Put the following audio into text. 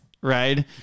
right